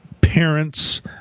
parents